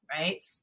Right